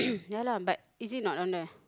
ya lah but is it not down there